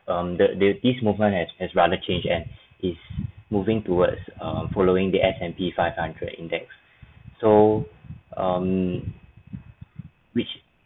um the the this movement has as rather change and is moving towards err following the S_&_P five hundred index so um which